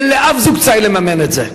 אין לאף זוג צעיר אפשרות לממן את זה.